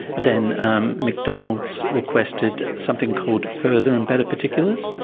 then um mcdonald's requested something called further and better particulars.